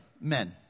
Men